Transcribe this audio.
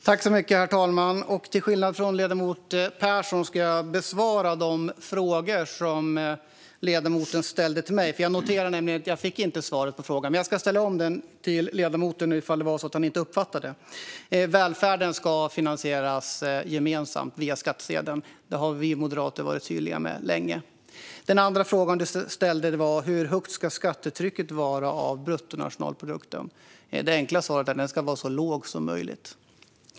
Herr talman! Till skillnad från ledamoten Persson ska jag besvara de frågor som ledamoten ställde till mig. Jag noterar nämligen att jag inte fick svar på frågan. Men jag ska ställa om den till ledamoten om det var så att han inte uppfattade den. Välfärden ska finansieras gemensamt via skattsedeln. Det har vi moderater varit tydliga med länge. Den andra fråga du ställde var: Hur högt ska skattetrycket vara, och hur stor del av bruttonationalprodukten ska det vara? Det enkla svaret är att det ska vara så lågt som möjligt.